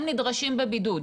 הם נדרשים בבידוד,